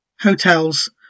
hotels